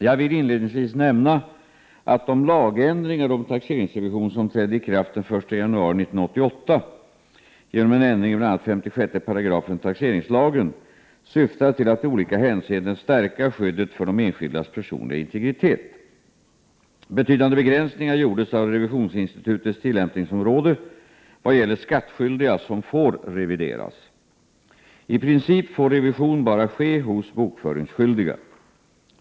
Jag vill inledningsvis nämna att de lagändringar om taxeringsrevision som trädde i kraft den 1 januari 1988 genom en ändring i bl.a. 56 § taxeringslagen syftade till att i olika hänseenden stärka skyddet för de enskildas personliga integritet. Betydande begränsningar gjordes av revisionsinstitutets tillämpningsområde vad gäller vilka skattskyldiga som får revideras. I princip får revision bara ske hos bokföringsskyldiga.